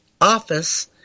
office